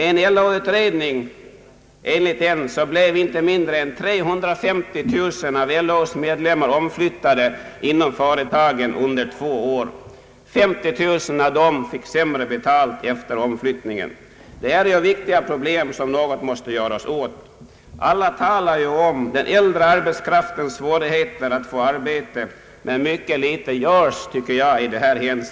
Enligt en LO-utredning blev inte mindre än 350 000 av LO:s medlemmar omflyttade inom företagen under två år, och 50 000 av dem fick sämre betalt efter omflyttningen. Detta är viktiga problem som man måste göra något åt. Alla talar ju om den äldre arbetskraftens svårigheter att få arbete, men jag tycker att mycket litet görs i detta hänseende. Det är gi Ang.